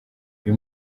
uyu